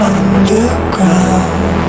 Underground